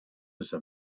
has